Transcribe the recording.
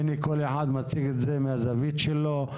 כל אחד מציג את זה מהזווית שלו.